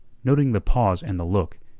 noting the pause and the look,